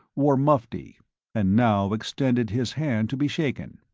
wore mufti and now extended his hand to be shaken.